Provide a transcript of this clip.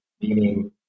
meaning